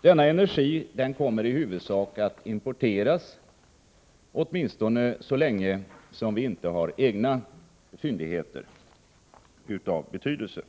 Denna energi kommer i huvudsak att importeras, åtminstone så länge som vi inte använder egna fyndigheter av betydelse.